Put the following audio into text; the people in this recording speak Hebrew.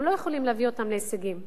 הם לא יכולים להביא אותם להישגים.